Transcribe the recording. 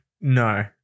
No